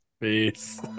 peace